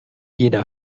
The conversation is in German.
jeder